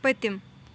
پٔتِم